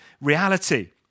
reality